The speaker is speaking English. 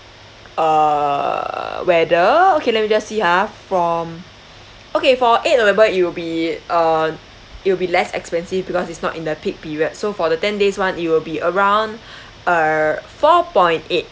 uh weather okay let me just see ha from okay for eight november it will be uh it will be less expensive because it's not in the peak period so for the ten days [one] it will be around err four point eight